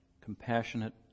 compassionate